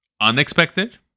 unexpected